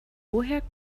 woher